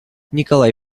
николай